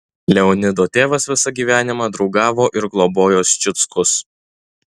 leonido tėvas visą gyvenimą draugavo ir globojo ščiuckus